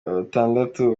batandatu